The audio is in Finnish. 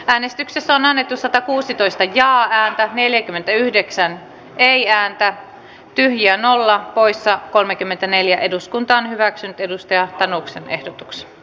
äänestykset on annettu satakuusitoista ja ääntä neljäkymmentäyhdeksän eli rakennetyöttömyys ei hoidu yksin työhallinnon välinein vaan tarvitaan kuntien ja kelan kumppanuutta